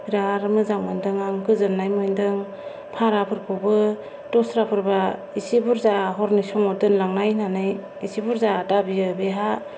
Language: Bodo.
बिराद मोजां मोनदों आं गोजोन्नाय मोनदों भाराफोरखौबो दस्राफोरबा इसे बुरजा हरनि समाव दोनलांनाय होन्नानै इसे बुरजा बियो बेहा